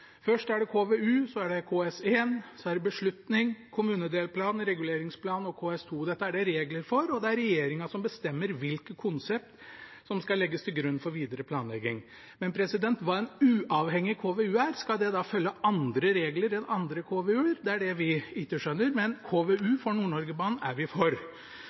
Først er det KVU, så er det KS1, så er det beslutning, kommunedelplan, reguleringsplan og KS2. Dette er det regler for, og det er regjeringen som bestemmer hvilke konsept som skal legges til grunn for videre planlegging. Når det gjelder hva en uavhengig KVU er: Skal den følge andre regler enn for andre KVU-er? Det er det vi ikke skjønner. Men KVU for Nord-Norge-banen er vi for.